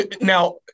now